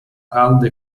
calda